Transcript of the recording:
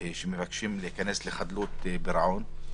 להיכנס לחדלות פירעון.